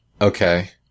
okay